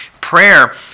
Prayer